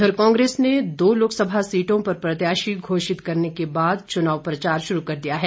उधर कांग्रेस ने दो लोकसभा सीटों पर प्रत्याशी घोषित करने के बाद चुनाव प्रचार शुरू कर दिया है